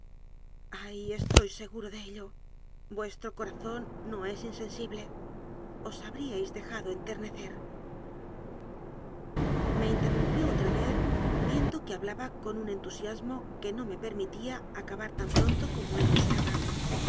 iay estoy seguro de ello vuestro cora zón no es insensible os habríais dejado enter necer me interrumpió otra vez viendo que hablaba con un entusiasmo que no me permitiría acabar tan pronto como él deseaba